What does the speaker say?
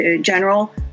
general